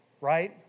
Right